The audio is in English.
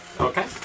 Okay